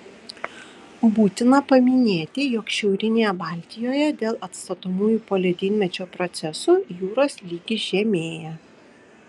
būtina paminėti jog šiaurinėje baltijoje dėl atstatomųjų poledynmečio procesų jūros lygis žemėja